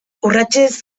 urratsez